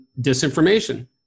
disinformation